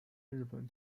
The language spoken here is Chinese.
日本